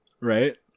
Right